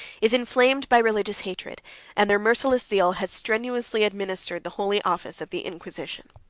is inflamed by religious hatred and their merciless zeal has strenuously administered the holy office of the inquisition.